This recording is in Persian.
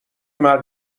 مرد